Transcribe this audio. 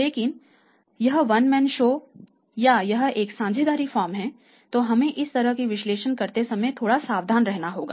लेकिन यह one man show है या यह एक साझेदारी फर्म है तो हमें इस तरह का विश्लेषण करते समय थोड़ा सावधान रहना होगा